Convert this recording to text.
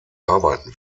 arbeiten